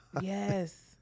Yes